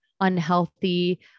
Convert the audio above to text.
unhealthy